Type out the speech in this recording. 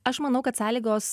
aš manau kad sąlygos